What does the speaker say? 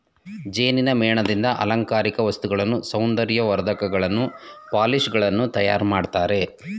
ಜೇನಿನ ಮೇಣದಿಂದ ಅಲಂಕಾರಿಕ ವಸ್ತುಗಳನ್ನು, ಸೌಂದರ್ಯ ವರ್ಧಕಗಳನ್ನು, ಪಾಲಿಶ್ ಗಳನ್ನು ತಯಾರು ಮಾಡ್ತರೆ